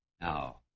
Now